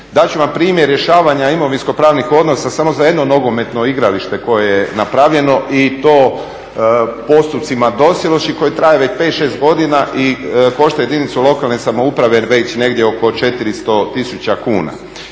Dat ću primjer rješavanja imovinskopravnih odnosa samo za jedno nogometno igralište koje je napravljeno i to postupcima … koji traje već 5, 6 godina i košta jedinice lokalne samouprave jer već negdje oko 400 tisuća kuna.